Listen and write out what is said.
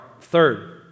Third